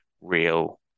real